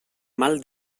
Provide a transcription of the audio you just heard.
mal